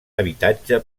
habitatge